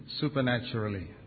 supernaturally